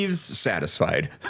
satisfied